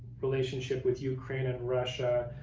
relationship with ukraine and russia,